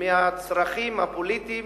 מהצרכים הפוליטיים